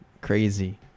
crazy